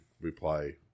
reply